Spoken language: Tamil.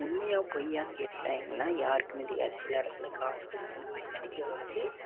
உண்மையா பொய்யானு கேட்டாய்ங்கனா யாருக்குமே தெரியாது சில இடத்தில் காசு கொடுத்து இந்தமாதிரி நடிக்க வச்சு